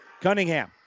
Cunningham